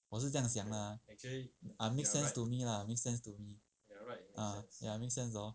我是这样想 lah makes sense to me lah make sense to me ah ya make sense hor